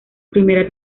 primera